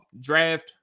draft